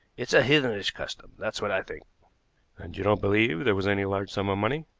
it's a heathenish custom, that's what i think. and you don't believe there was any large sum of money?